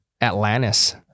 Atlantis